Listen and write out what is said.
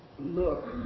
look